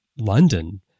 London